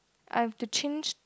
I've to change